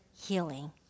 healing